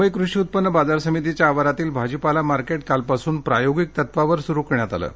मुंबई कृषी उत्पन्न बाजार समितीच्या आवारातील भाजीपाला मार्केट कालपासून प्रायोगिक तत्वावर सुरू करण्यात आलं आहे